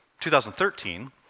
2013